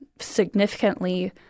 significantly